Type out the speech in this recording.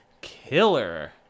killer